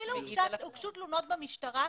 ואפילו הוגשו תלונות במשטרה,